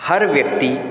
हर व्यक्ति